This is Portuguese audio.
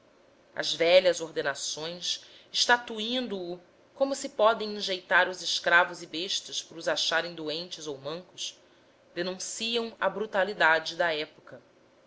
as velhas ordenações estatuindo o como se podem enjeitar os escravos e bestas por os acharem doentes ou mancos denunciam a brutalidade da época